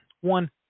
One